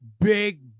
big